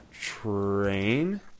Train